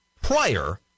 prior